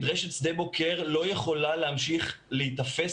מדרשת שדה בוקר לא יכולה להמשיך להיתפס